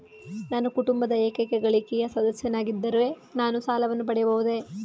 ನಾನು ಕುಟುಂಬದ ಏಕೈಕ ಗಳಿಕೆಯ ಸದಸ್ಯನಾಗಿದ್ದರೆ ನಾನು ಸಾಲವನ್ನು ಪಡೆಯಬಹುದೇ?